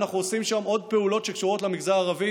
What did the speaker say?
אנחנו עושים שם עוד פעולות שקשורות למגזר הערבי,